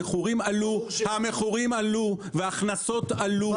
המכורים עלו וההכנסות עלו.